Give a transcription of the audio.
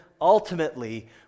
ultimately